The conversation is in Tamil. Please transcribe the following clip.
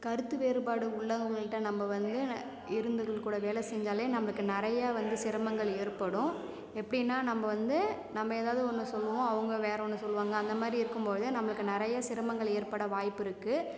கருத்து வேறுபாடு உள்ளவங்கள்ட்ட நம்ப வந்து இருந்துக்குனு கூட வேலை செஞ்சாலே நம்பளுக்கு நெறைய வந்து சிரமங்கள் ஏற்படும் எப்பிடின்னா நம்ம வந்து நம்ப ஏதாவது வந்து சொல்லுவோம் அவங்க வேறவொன்று சொல்வாங்க அந்தமாதிரி இருக்கும் போது நம்பளுக்கு நிறைய சிரமங்கள் ஏற்பட வாய்ப்பு இருக்கு